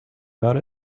about